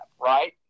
right